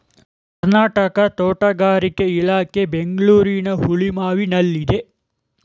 ಕರ್ನಾಟಕ ತೋಟಗಾರಿಕೆ ಇಲಾಖೆ ಬೆಂಗಳೂರಿನ ಹುಳಿಮಾವಿನಲ್ಲಿದೆ